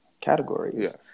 categories